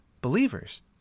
believers